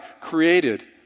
created